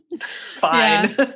fine